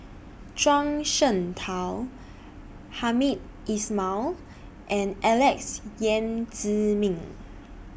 Zhuang Shengtao Hamed Ismail and Alex Yam Ziming